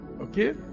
Okay